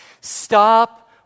Stop